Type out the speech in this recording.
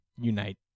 unite